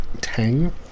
tang